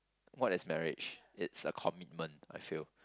what is marriage it's a commitment I feel